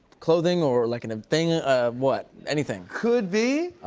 clothing or, like, and a thing? what? anything. could be.